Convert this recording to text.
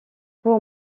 pour